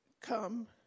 come